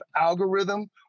algorithm